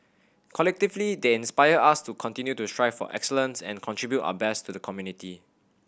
collectively they inspire us to continue to strive for excellence and contribute our best to the community